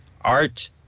art